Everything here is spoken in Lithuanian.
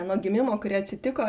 nuo gimimo kurie atsitiko